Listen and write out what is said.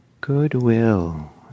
goodwill